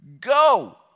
Go